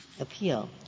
appeal